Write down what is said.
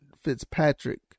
Fitzpatrick